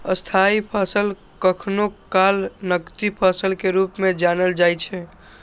स्थायी फसल कखनो काल नकदी फसल के रूप मे जानल जाइ छै